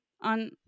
on